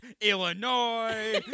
Illinois